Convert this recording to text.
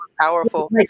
powerful